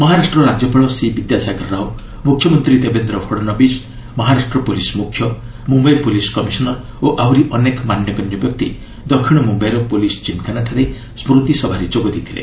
ମହାରାଷ୍ଟ୍ରର ରାଜ୍ୟପାଳ ସି ବିଦ୍ୟାସାଗର ରାଓ ମୁଖ୍ୟମନ୍ତ୍ରୀ ଦେବେନ୍ଦ୍ର ଫଡ଼୍ନବିସ୍ ମହାରାଷ୍ଟ୍ର ପୁଲିସ୍ ମୁଖ୍ୟ ମୁମ୍ୟାଇ ପୁଲିସ୍ କମିଶନର୍ ଓ ଆହୁରି ଅନେକ ମାନ୍ୟଗଣ୍ୟ ବ୍ୟକ୍ତି ଦକ୍ଷିଣ ମୁମ୍ୟାଇର ପୁଲିସ୍ କିମ୍ଖାନାଠାରେ ସ୍କୃତିସଭାରେ ଯୋଗ ଦେଇଥିଲେ